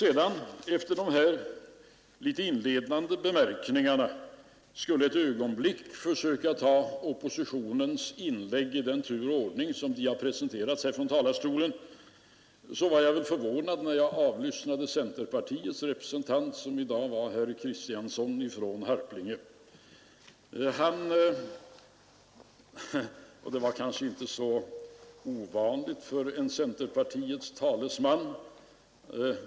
Efter de här inledande bemärkningarna skall jag försöka ta upp oppositionens inlägg i den ordning som de har presenterats från talarstolen. Centerpartiets representant, som i dag var herr Kristiansson i Harplinge, uppträdde på ett sätt som inte är ovanligt för en centerpartiets talesman.